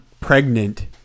pregnant